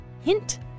Hint